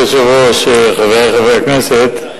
אדוני היושב-ראש, חברי חברי הכנסת,